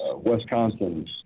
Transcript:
Wisconsin